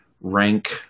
rank